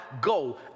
go